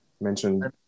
mentioned